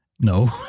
No